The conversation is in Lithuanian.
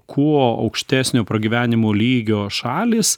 kuo aukštesnio pragyvenimo lygio šalys